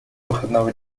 выходного